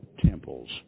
temples